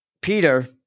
Peter